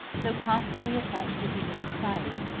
so constantly attached to human society,